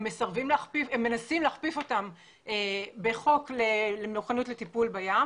הוא מנסה להכפיף אותו בחוק למוכנות לטיפול בים,